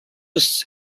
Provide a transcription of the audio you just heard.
was